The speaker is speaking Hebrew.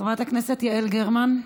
חברת הכנסת יעל גרמן,